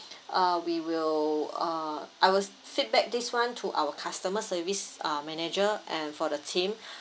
uh we will uh I will feedback this [one] to our customer service uh manager and for the team